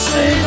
Say